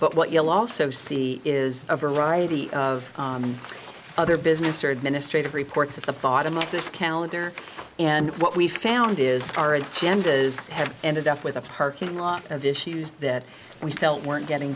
but what you'll also see is a variety of other business or administrative reports at the bottom of this calendar and what we found is our agenda is have ended up with a parking lot of issues that we felt weren't getting